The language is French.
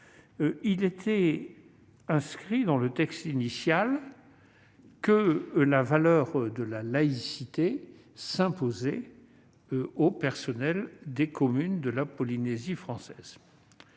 était inscrit dans le texte initial que la valeur de la laïcité s'imposait au personnel des communes de Polynésie française,